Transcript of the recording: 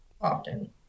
often